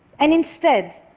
and instead,